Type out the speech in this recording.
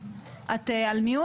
מתנדבים?